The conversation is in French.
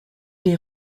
les